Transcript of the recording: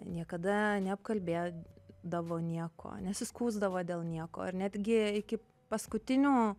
niekada neapkalbėdavo nieko nesiskųsdavo dėl nieko ir netgi iki paskutinių